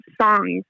songs